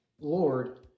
Lord